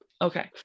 Okay